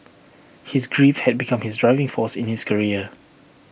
his grief had become his driving force in his career